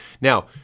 Now